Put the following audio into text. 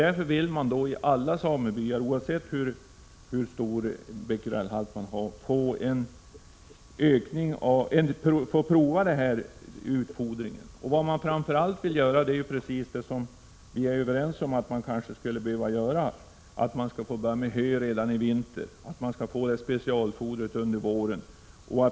Därför vill man i alla samebyar, oavsett hur hög bequerelhalten är, få prova utfodringen. Vad man framför allt vill göra är precis vad vi är överens om nu, dvs. att börja med hö redan i vinter och få specialfoder under våren.